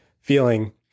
feeling